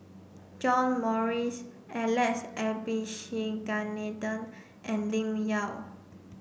John Morrice Alex Abisheganaden and Lim Yau